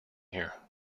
here